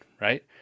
right